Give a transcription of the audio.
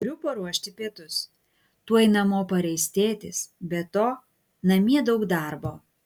turiu paruošti pietus tuoj namo pareis tėtis be to namie daug darbo